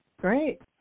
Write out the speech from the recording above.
Great